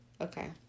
okay